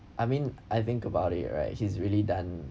I mean I think about it right he has really done